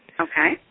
Okay